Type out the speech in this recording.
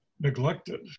neglected